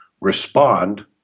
Respond